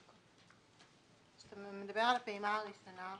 אתה מדבר על הפעימה הראשונה,